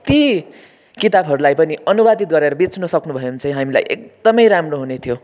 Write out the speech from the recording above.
ती किताबहरूलाई पनि अनुवादित गरेर बेच्न सक्नुभयो भने चाहिँ हामीलाई एकदमै राम्रो हुने थ्यो